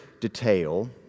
detail